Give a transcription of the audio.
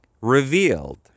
revealed